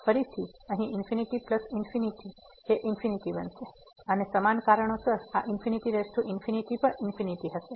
ફરીથી અહીં ∞∞ ફરીથી ∞ બનશે અને સમાન કારણોસર આ પણ ∞ હશે